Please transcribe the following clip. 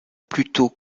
plutôt